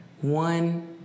one